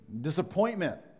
disappointment